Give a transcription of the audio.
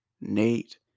Nate